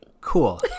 cool